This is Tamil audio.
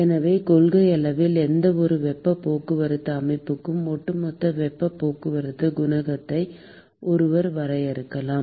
எனவே கொள்கையளவில் எந்தவொரு வெப்பப் போக்குவரத்து அமைப்புக்கும் ஒட்டுமொத்த வெப்பப் போக்குவரத்துக் குணகத்தை ஒருவர் வரையறுக்கலாம்